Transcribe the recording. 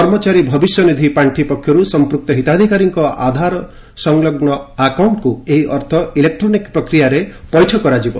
କର୍ମଚାରୀ ଭବିଷ୍ୟନିଧି ପାର୍ଷି ପକ୍ଷରୁ ସମ୍ପୃକ୍ତ ହିତାଧିକାରୀଙ୍କ ଆଧାର ସଂଲଗୁ ଆକାଉଷ୍ଟକୁ ଏହି ଅର୍ଥ ଇଲେକ୍ଟ୍ରୋନିକ ପ୍ରକ୍ରିୟାରେ ପୈଠ କରାଯିବ